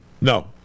No